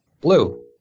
blue